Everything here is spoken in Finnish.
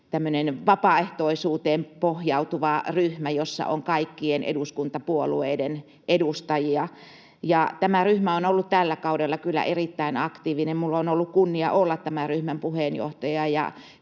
vapaaehtoisuuteen pohjautuva ryhmä, jossa on kaikkien eduskuntapuolueiden edustajia. Tämä ryhmä on ollut tällä kaudella kyllä erittäin aktiivinen. Minulla on ollut kunnia olla tämän ryhmän puheenjohtaja,